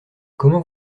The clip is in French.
comment